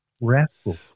Rascal